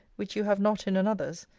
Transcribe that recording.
which you have not in another's,